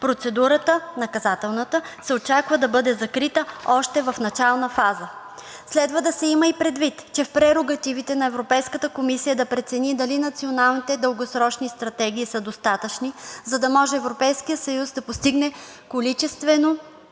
процедура се очаква да бъде закрита още в начална фаза. Следва да се има предвид, че в прерогативите на Европейската комисия да прецени дали националните дългосрочни стратегии са достатъчни, за да може Европейският съюз да постигне количествено